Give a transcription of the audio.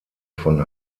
von